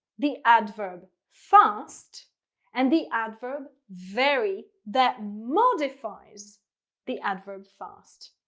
the adverb fast and the adverb very that modifies the adverb fast.